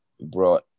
brought